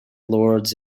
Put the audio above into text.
lords